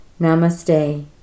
namaste